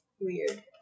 Weird